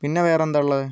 പിന്നെ വേറെന്താണ് ഉള്ളത്